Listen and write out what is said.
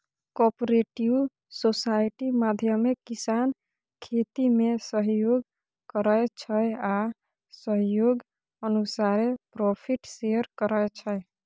cooperative society माध्यमे किसान खेतीमे सहयोग करै छै आ सहयोग अनुसारे प्रोफिट शेयर करै छै